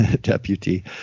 deputy